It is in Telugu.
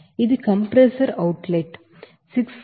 ఇది కంప్రెసర్ అవుట్ లెట్ 643